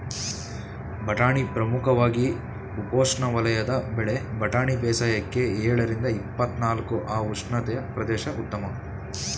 ಬಟಾಣಿ ಪ್ರಮುಖವಾಗಿ ಉಪೋಷ್ಣವಲಯದ ಬೆಳೆ ಬಟಾಣಿ ಬೇಸಾಯಕ್ಕೆ ಎಳರಿಂದ ಇಪ್ಪತ್ನಾಲ್ಕು ಅ ಉಷ್ಣತೆಯ ಪ್ರದೇಶ ಉತ್ತಮ